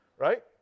right